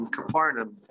Capernaum